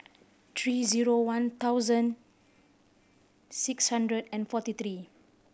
three zero one thousand six hundred and forty three